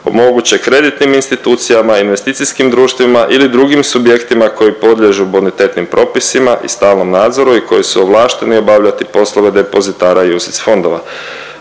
omoguće kreditnim institucijama, investicijskim društvima ili drugim subjektima koji podliježu bonitetnim propisima i stalnom nadzoru i koji su ovlašteni obavljati poslove depozitara UCITS fondova.